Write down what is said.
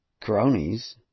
cronies